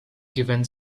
given